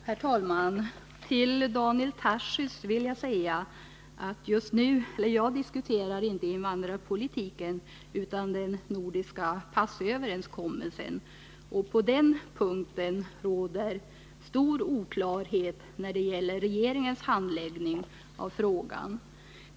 Herr talman! Till Daniel Tarschys vill jag säga att jag inte diskuterar invandrarpolitiken utan den nordiska passöverenskommelsen. På den punkten råder stor oklarhet när det gäller regeringens handläggning av frågan.